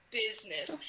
business